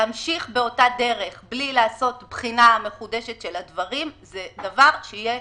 להמשיך באותה דרך בלי לעשות בחינה מחודשת של הדברים זה דבר שיהיה